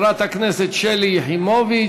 ואחריו, חברת הכנסת שלי יחימוביץ,